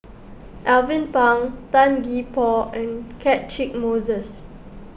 Alvin Pang Tan Gee Paw and Catchick Moses